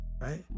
right